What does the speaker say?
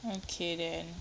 okay then